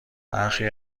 برخی